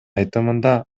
айтымында